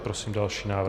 Prosím další návrh.